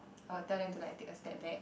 I would tell them to like take a step back